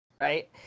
Right